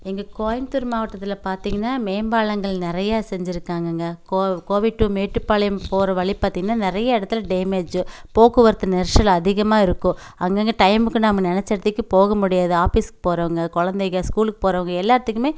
எங்கள் கோயம்த்தூர் மாவட்டத்தில் பாத்தீர்ங்கன்னா மேம்பாலங்கள் நிறையா செஞ்சுருக்காங்கங்க கோ கோவை டூ மேட்டுப்பாளையம் போகிற வழி பார்த்தீங்கன்னா நிறைய இடத்துல டேமேஜு போக்குவரத்து நெரிசல் அதிகமாக இருக்கும் அங்கங்கே டைமுக்கு நம்ம நெனச்ச எடத்துக்கு போக முடியாது ஆபீஸ்க்கு போகிறவுங்க குழந்தைகள் ஸ்கூலுக்கு போகிறவுங்க எல்லாத்துக்குமே